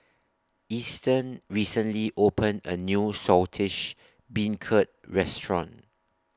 Easton recently opened A New Saltish Beancurd Restaurant